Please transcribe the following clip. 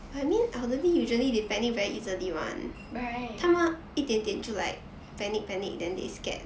right